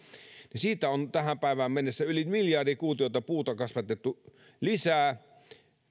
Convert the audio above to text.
niin siitä on tähän päivään mennessä yli miljardi kuutiota puuta kasvatettu lisää